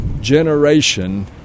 generation